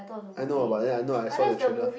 I know ah but then no I saw the trailer